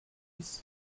lee